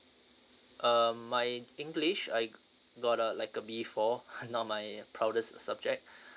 uh my english I got a like a B four not my proudest subject